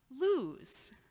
lose